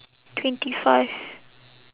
twenty five